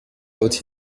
out